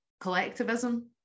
collectivism